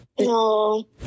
No